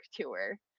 tour